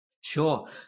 Sure